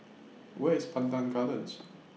Where IS Pandan Gardens